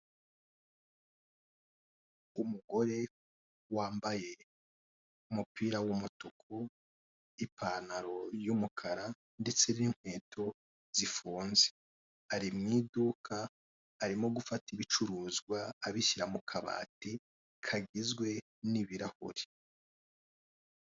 Umugore wambaye umupira wumutuku, ipantaro yumukara ndetse ninkweto zifunze. ari mwiduka arimo gufata ibicuruzwa abishyira mukabati kagizwe n'ibirahure.